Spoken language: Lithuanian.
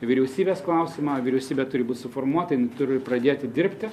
vyriausybės klausimą vyriausybė turi būt suformuota jin turi pradėti dirbti